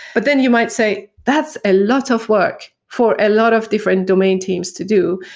but then you might say, that's a lot of work for a lot of different domain teams to do.